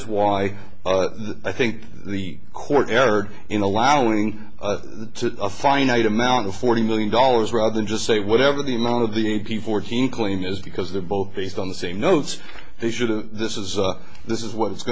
is why i think the court erred in allowing the a finite amount of forty million dollars rather than just say whatever the amount of the ag fourteen clean is because they're both based on the same notes they should have this is this is what i